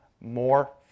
more